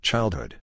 Childhood